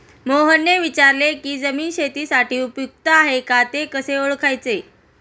मोहनने विचारले की जमीन शेतीसाठी उपयुक्त आहे का ते कसे ओळखायचे?